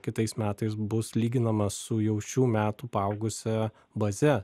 kitais metais bus lyginama su jau šių metų paaugusia baze